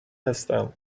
هستم